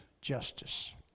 justice